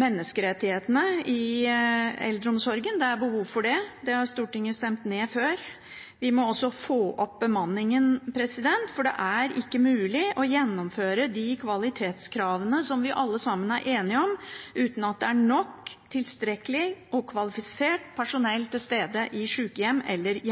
menneskerettighetene i eldreomsorgen. Det er behov for det, og det har Stortinget stemt ned før. Vi må også få opp bemanningen, for det er ikke mulig å gjennomføre de kvalitetskravene som vi alle sammen er enige om, uten at det er nok, tilstrekkelig og kvalifisert personell til stede i sykehjem eller